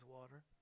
water